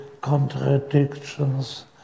contradictions